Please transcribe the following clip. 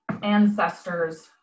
ancestors